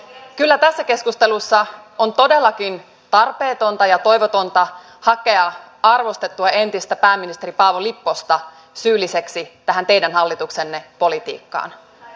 kyllä tässä keskustelussa on todellakin tarpeetonta ja toivotonta hakea arvostettua entistä pääministeri paavo lipposta syylliseksi tähän teidän hallituksenne politiikkaan